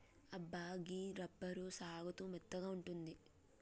అబ్బా గీ రబ్బరు సాగుతూ మెత్తగా ఉంటుంది